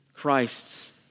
Christ's